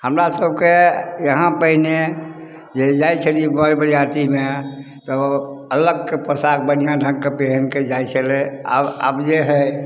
हमरा सबके यहाँ पहिने जे जाइ छलियै बर बरियातीमे तऽ अलगके पोशाक बढ़िऑं ढङ्गके पेहिनके जाइ छलै आब आब जे हइ